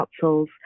councils